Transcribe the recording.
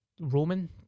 Roman